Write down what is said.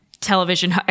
television